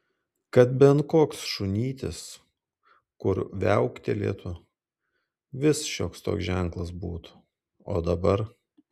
kad bent koks šunytis kur viauktelėtų vis šioks toks ženklas būtų o dabar